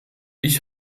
ich